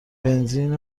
بنزین